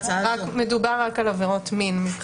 מדובר רק על עבירות מין.